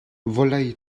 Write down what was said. vawlei